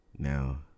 Now